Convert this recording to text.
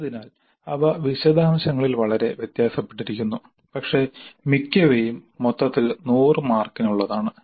അതിനാൽ അവ വിശദാംശങ്ങളിൽ വളരെ വ്യത്യാസപ്പെട്ടിരിക്കുന്നു പക്ഷേ മിക്കവയും മൊത്തത്തിൽ 100 മാർക്കിനുള്ളതാണ്